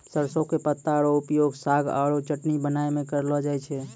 सरसों के पत्ता रो उपयोग साग आरो चटनी बनाय मॅ करलो जाय छै